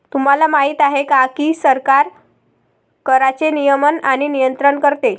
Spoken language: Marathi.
तुम्हाला माहिती आहे का की सरकार कराचे नियमन आणि नियंत्रण करते